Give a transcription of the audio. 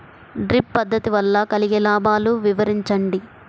Drip పద్దతి వల్ల కలిగే లాభాలు వివరించండి?